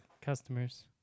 Customers